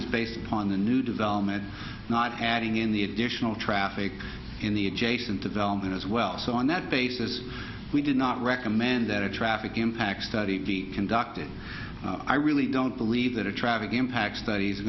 is based on the new development not adding in the additional traffic in the adjacent development as well so on that basis we did not recommend that a traffic impact study be conducted i really don't believe that a traffic impact stud